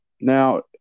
Now